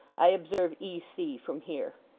i observe e. c. from here.